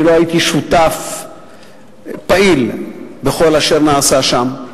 אני לא הייתי שותף פעיל בכל אשר נעשה שם.